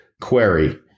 query